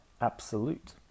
absolute